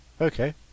Okay